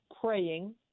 praying